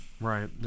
Right